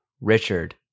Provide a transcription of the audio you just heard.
Richard